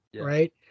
right